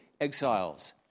exiles